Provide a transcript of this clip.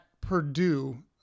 Purdue